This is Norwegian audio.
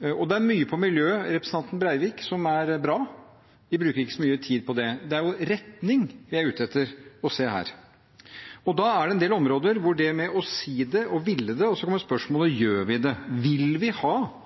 Det er mye innen miljø, til representanten Breivik, som er bra; vi bruker ikke så mye tid på det. Det er jo retningen vi er ute etter å se her. Det er en del områder hvor man kan si det og ville det, og så kommer spørsmålet: Gjør vi det? Vil vi ha